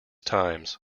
times